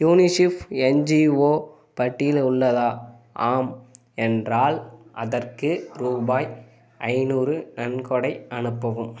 UNICEF NGO பட்டியல் உள்ளதா ஆம் என்றால் அதற்கு ரூபாய் ஐந்நூறு நன்கொடை அனுப்பவும்